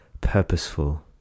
purposeful